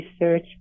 research